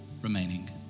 remaining